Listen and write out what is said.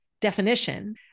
definition